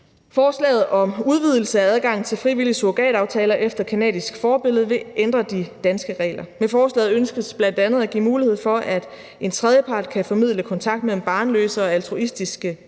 Forslaget om udvidelse af adgangen til frivillige surrogataftaler efter canadisk forbillede vil ændre de danske regler. Med forslaget ønskes bl.a. at give mulighed for, at en tredjepart kan formidle kontakt mellem barnløse og altruistiske